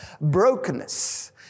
brokenness